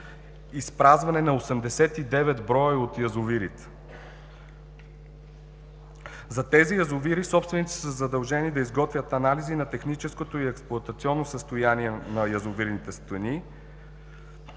изпразване на 89 броя от язовирите. За тези язовири собствениците са задължени да изготвят анализи на техническото и експлоатационно състояние на язовирните стени.